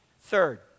Third